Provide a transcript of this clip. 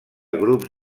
grups